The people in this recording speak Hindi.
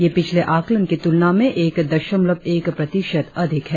यह पिछले आकलन की तुलना में एक दशमलव एक प्रतिशत अधिक है